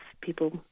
people